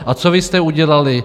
A co vy jste udělali?